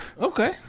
Okay